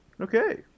Okay